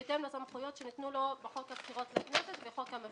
בהתאם לסמכויות שניתנו לו בחוק הבחירות לכנסת וחוק המפלגות.